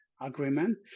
agreement